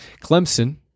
Clemson